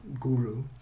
guru